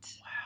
wow